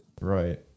right